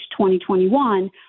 2021